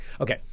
Okay